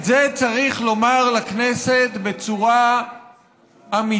את זה צריך לומר לכנסת בצורה אמיתית,